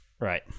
Right